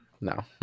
no